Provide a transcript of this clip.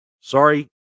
Sorry